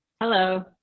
Hello